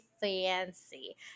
fancy